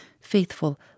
faithful